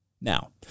Now